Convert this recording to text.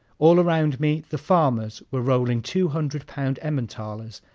all around me the farmers were rolling two-hundred-pound emmentalers,